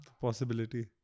Possibility